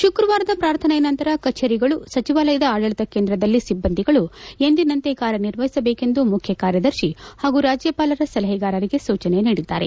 ಶುಕ್ರವಾರದ ಪ್ರಾರ್ಥನೆಯ ನಂತರ ಕಚೇರಿಗಳು ಸಚಿವಾಲಯದ ಆಡಳತ ಕೇಂದ್ರದಲ್ಲಿ ಸಿಬ್ಲಂದಿಗಳು ಎಂದಿನಂತೆ ಕಾರ್ಯನಿರ್ವಹಿಸಬೇಕೆಂದು ಮುಖ್ಚಾರ್ಯದರ್ಶಿ ಹಾಗೂ ರಾಜ್ಯಪಾಲರ ಸಲಹೆಗಾರರಿಗೆ ಸೂಚನೆ ನೀಡಿದ್ದಾರೆ